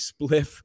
Spliff